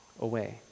away